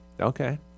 Okay